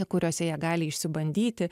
kuriose jie gali išsibandyti